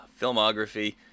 filmography